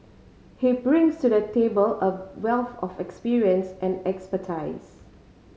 he brings to the table a wealth of experience and expertise